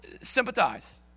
sympathize